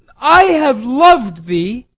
i have lov'd thee